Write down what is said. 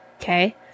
okay